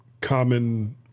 common